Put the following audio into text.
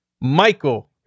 Michael